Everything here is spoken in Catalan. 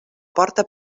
porta